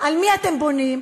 על מי אתם בונים?